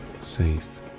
safe